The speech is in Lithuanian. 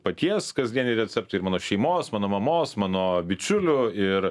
paties kasdieniai receptai ir mano šeimos mano mamos mano bičiulių ir